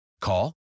Call